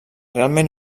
realment